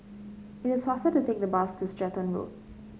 it is faster to take the bus to Stratton Road